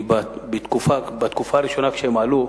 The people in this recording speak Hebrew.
כי בתקופה הראשונה שהם עלו,